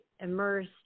immersed